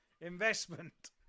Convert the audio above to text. investment